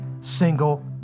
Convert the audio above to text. single